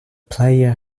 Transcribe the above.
player